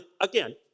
again